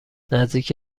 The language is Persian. نزدیک